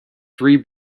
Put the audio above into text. three